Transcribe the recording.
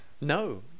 No